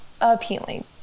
Appealing